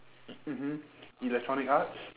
e~ mmhmm electronic arts